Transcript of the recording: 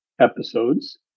episodes